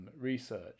research